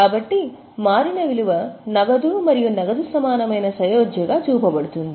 కాబట్టి మారిన విలువ నగదు మరియు నగదు సమానమైన సయోధ్యగా చూపబడుతుంది